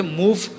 move